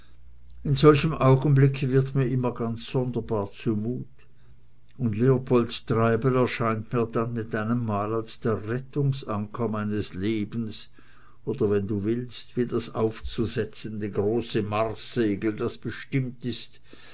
in solchem augenblicke wird mir immer ganz sonderbar zumut und leopold treibel erscheint mir dann mit einem mal als der rettungsanker meines lebens oder wenn du willst wie das aufzusetzende große marssegel das bestimmt ist